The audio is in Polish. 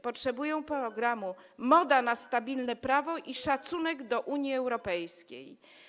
Potrzebują programu: moda na stabilne prawo i szacunek do Unii Europejskiej.